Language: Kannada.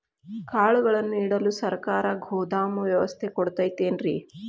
ಕಾಳುಗಳನ್ನುಇಡಲು ಸರಕಾರ ಗೋದಾಮು ವ್ಯವಸ್ಥೆ ಕೊಡತೈತೇನ್ರಿ?